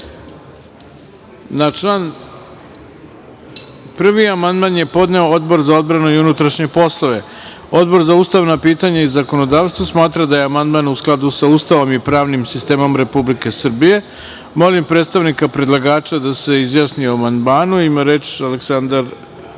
član 1. amandman je podneo Odbor za odbranu i unutrašnje poslove. Odbor za ustavna pitanja i zakonodavstvo smatra da je amandman u skladu sa Ustavom i pravnim sistemom Republike Srbije. Molim predstavnika predlagača da se izjasni o amandmanu. Ima reč Aleksandar